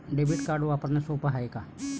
Debit card वापरणं सोप हाय का?